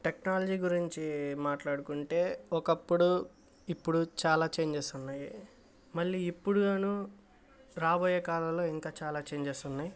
technology గురించి మాట్లాడుకుంటే ఒకప్పుడు ఇప్పుడు చాలా చేంజస్ ఉన్నాయి మళ్ళీ ఇప్పుడు లోనూ రాబోయే కాలంలో ఇంకా చాలా చేంజస్ ఉన్నాయి